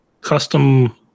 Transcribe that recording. custom